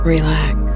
Relax